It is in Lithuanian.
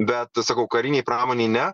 bet sakau karinei pramonei ne